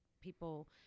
people